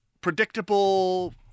predictable